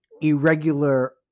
Irregular